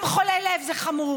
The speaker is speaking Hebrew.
גם חולי לב זה חמור,